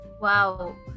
Wow